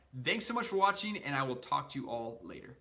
thanks so much for watching and i will talk to you all later